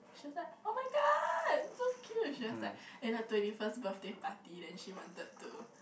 she was like [oh]-my-god so cute she was like in her twenty first birthday party then she wanted to